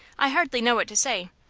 i hardly know what to say.